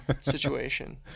situation